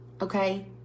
Okay